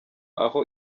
aho